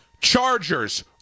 Chargers